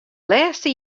lêste